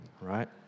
right